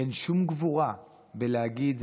אין שום גבורה בלהגיד: